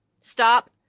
stop